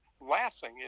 laughing